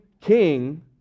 king